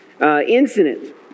incident